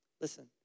listen